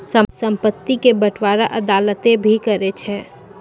संपत्ति के बंटबारा अदालतें भी करै छै